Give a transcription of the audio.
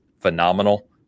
phenomenal